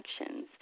actions